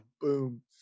Boom